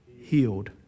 healed